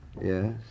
Yes